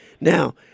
now